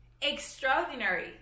extraordinary